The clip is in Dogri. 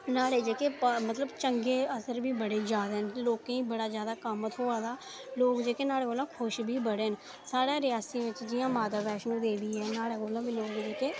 न्हाड़े जेह्के चंगे असर बी बड़े ज्यादा न लोकें गी बड़ा ज्यादा कम्म थ्होआ दा लोग जेह्के नुआढ़े खुश बी बड़े न साढ़े रियासी बिच जियां माता वैष्णो देवी ऐ नुआढ़े कोला बी लोक जेह्के